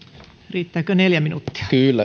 riittääkö neljä minuuttia